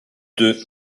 deux